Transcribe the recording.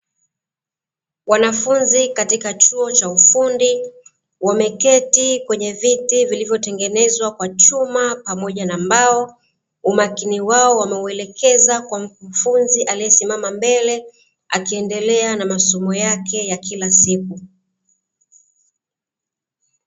Wanafunzi katika chuo cha ufundi, Wameketi kwenye viti vilivyotengenezwa kwa chuma pamoja na mbao, Umakini wao wameuwelekeza kwa mkufunzi aliyesimama mbele akiendelea na masomo yake ya kila siku.